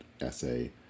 essay